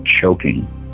choking